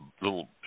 little